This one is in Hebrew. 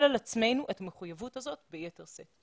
על עצמנו את המחויבות הזאת ביתר שאת.